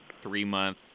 three-month